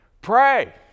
pray